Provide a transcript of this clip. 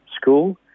School